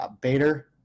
Bader